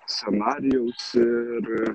scenarijaus ir